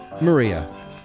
Maria